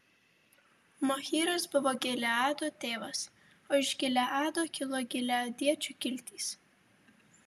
machyras buvo gileado tėvas o iš gileado kilo gileadiečių kiltys